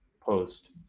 post